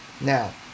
Now